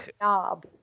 knob